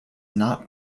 not